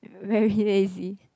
very lazy